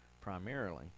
primarily